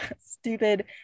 stupid